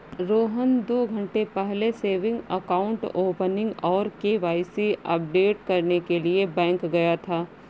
रोहन दो घन्टे पहले सेविंग अकाउंट ओपनिंग और के.वाई.सी अपडेट करने के लिए बैंक गया था